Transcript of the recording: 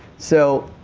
so,